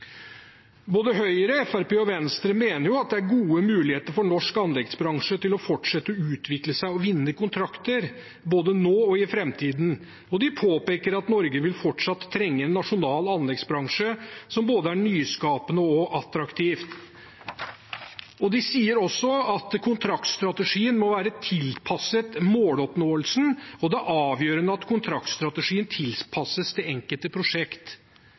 Både Høyre, Fremskrittspartiet og Venstre mener det er gode muligheter for norsk anleggsbransje til å fortsette å utvikle seg og vinne kontrakter, både nå og i framtiden, og de påpeker at Norge fortsatt vil trenge en nasjonal anleggsbransje som er både nyskapende og attraktiv. De sier også at kontraktstrategien må være tilpasset måloppnåelsen, og det er avgjørende at kontraktstrategien tilpasses det enkelte prosjekt.